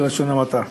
בלשון המעטה.